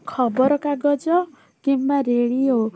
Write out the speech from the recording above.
ଖବରକାଗଜ କିମ୍ବା ରେଡ଼ିଓ